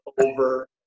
over